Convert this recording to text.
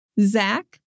Zach